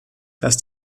dass